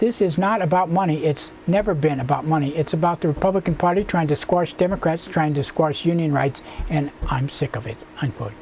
this is not about money it's never been about money it's about the republican party trying to squash democrats trying to squash union rights and i'm sick of it